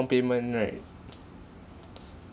down payment right